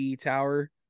tower